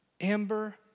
Amber